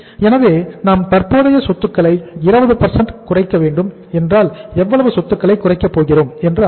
எனவே நாம் தற்போதைய சொத்துக்களை 20 குறைக்க வேண்டும் என்றால் எவ்வளவு சொத்துக்களை குறைக்க போகிறோம் என்று அர்த்தம்